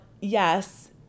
yes